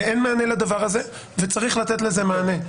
ואין מענה לדבר הזה, וצריך לתת לזה מענה.